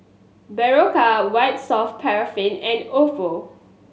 Berocca White Soft Paraffin and Oppo